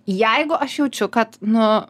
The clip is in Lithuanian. jeigu aš jaučiu kad nu